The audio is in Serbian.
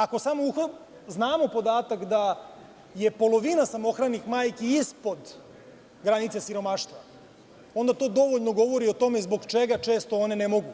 Ako znamo podatak da je polovina samohranih majki ispod granice siromaštva, onda to dovoljno govori o tome zbog čega često one ne mogu,